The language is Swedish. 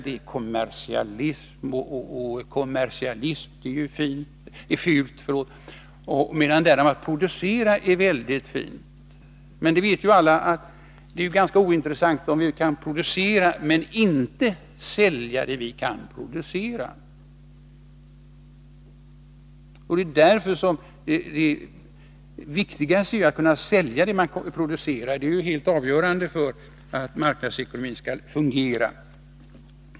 ”Det är kommersialism”, och kommersialism är fult, medan det däremot är väldigt fint att producera. Men alla vet att det är ganska ointressant om vi kan producera men inte kan sälja det vi producerar. Det viktigaste är att kunna sälja det man producerar — det är helt avgörande för att marknadsekonomin skall fungera.